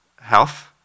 health